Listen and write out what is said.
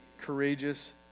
courageous